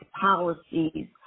policies